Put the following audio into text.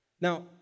Now